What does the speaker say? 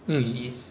mm